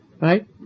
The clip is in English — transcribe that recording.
right